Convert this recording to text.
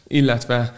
illetve